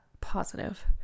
positive